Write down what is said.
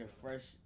fresh